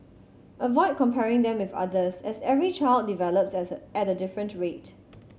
avoid comparing them with others as every child develops as a at a different rate